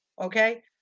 Okay